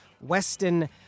Weston